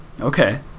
Okay